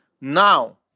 Now